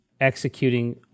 executing